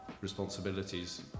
responsibilities